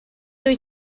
wyt